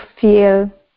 feel